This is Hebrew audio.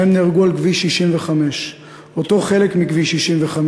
שניהם נהרגו על כביש 65. אותו חלק מכביש 65,